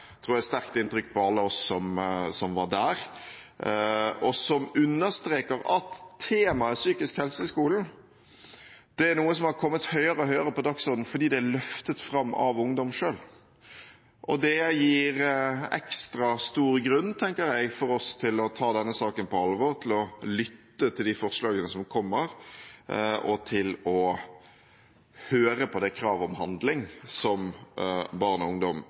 tror jeg – sterkt inntrykk på alle oss som var der, og som understreker at temaet «Psykisk helse i skolen» er noe som har kommet høyere og høyere på dagsordenen fordi det er løftet fram av ungdom selv. Det gir oss ekstra stor grunn – tenker jeg – til å ta denne saken på alvor, til å lytte til de forslagene som kommer, og til å høre på det kravet om handling som barn og ungdom